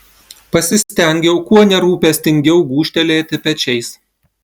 pasistengiau kuo nerūpestingiau gūžtelėti pečiais